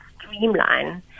streamline